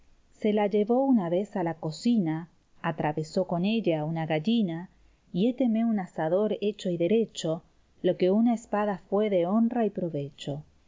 se la llevó una vez a la cocina atravesó con ella una gallina y héteme un asador hecho y derecho la que una espada fué de honra y provecho